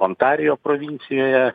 ontarijo provincijoje